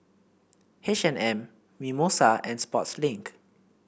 H and M Mimosa and Sportslink